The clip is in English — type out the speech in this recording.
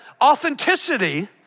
authenticity